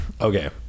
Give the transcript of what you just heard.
Okay